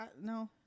No